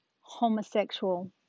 homosexual